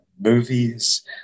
movies